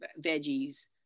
veggies